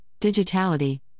Digitality